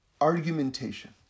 argumentation